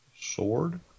Sword